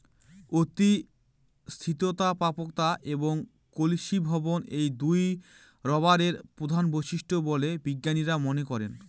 অতি স্থিতিস্থাপকতা এবং কেলাসীভবন এই দুইই রবারের প্রধান বৈশিষ্ট্য বলে বিজ্ঞানীরা মনে করেন